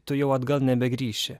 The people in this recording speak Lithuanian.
tu jau atgal nebegrįši